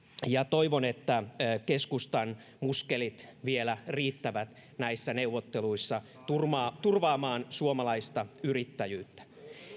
ja toivon että keskustan muskelit vielä riittävät näissä neuvotteluissa turvaamaan turvaamaan suomalaista yrittäjyyttä